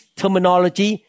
terminology